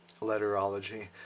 letterology